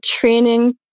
training